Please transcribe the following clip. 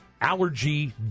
allergy